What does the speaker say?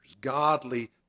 godly